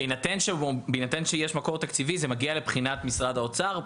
בהינתן שיש מקור תקציבי זה מגיע לבחינת משרד האוצר,